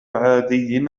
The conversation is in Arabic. عادي